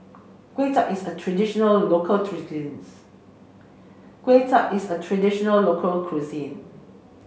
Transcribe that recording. Kway Chap is a traditional local cuisine